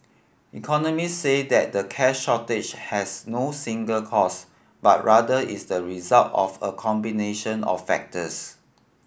economists say that the cash shortage has no single cause but rather is the result of a combination of factors